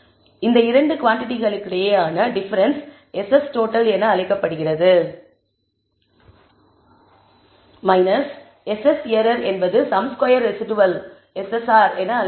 எனவே இந்த இரண்டு குவாண்டிடிகளுக்கிடையேயான difference SS total SS error என்பது சம் ஸ்கொயர் ரெஸிடுவல் என்று அழைக்கப்படும்